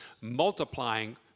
multiplying